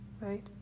right